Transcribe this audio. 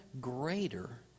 greater